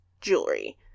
jewelry